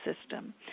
system